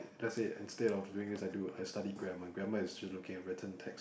like say instead of doing this I do I study grammar grammar is just looking at written text